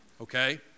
okay